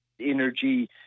energy